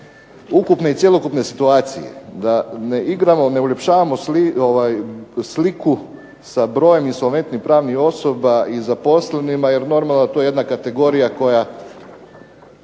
ukupne i cjelokupne situacije, da ne igramo, ne uljepšavamo sliku sa brojem i solventnih pravnih osoba i zaposlenima jer normalno da je to jedna kategorija koja